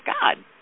God